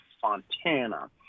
fontana